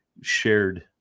shared